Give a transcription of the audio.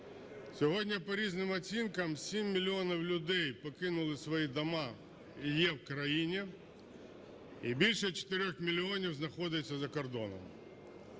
Сьогодні по різним оцінкам 7 мільйонів людей покинули свої дома і є в країні, і більше 4 мільйонів знаходяться за кордоном.